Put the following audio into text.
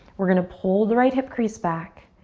we're gonna pull the right hip crease back.